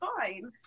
fine